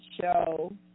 show